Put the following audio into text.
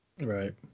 Right